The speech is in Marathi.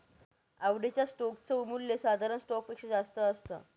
आवडीच्या स्टोक च मूल्य साधारण स्टॉक पेक्षा जास्त असत